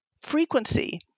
frequency